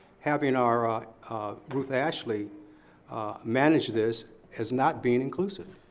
having our ruth ashley manage this as not being inclusive.